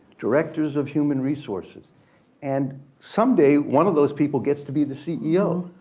directors of human resources and someday one of those people gets to be the ceo.